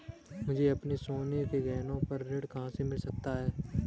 मुझे अपने सोने के गहनों पर ऋण कहाँ से मिल सकता है?